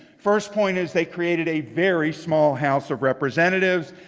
first point is they created a very small house of representatives.